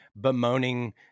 bemoaning